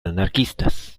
anarquistas